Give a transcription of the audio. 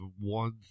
one